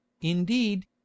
indeed